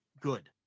good